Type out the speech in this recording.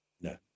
No